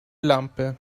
lampe